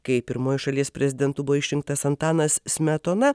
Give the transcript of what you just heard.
kai pirmuoju šalies prezidentu buvo išrinktas antanas smetona